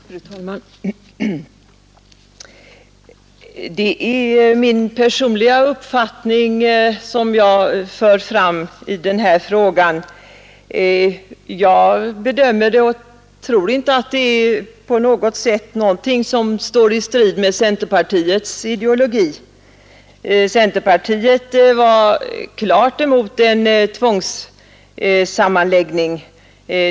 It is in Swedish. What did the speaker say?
Fru talman! Det är min personliga uppfattning som jag för fram i denna fråga. Jag tror inte att det på något sätt är någonting som står i strid med centerpartiets ideologi. Centerpartiet var klart emot en tvångssammanläggning.